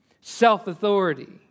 self-authority